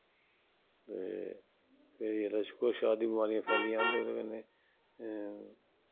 ते कोई शू शात दि'यां बमारियां फैली जान ते ओह्दी कन्नै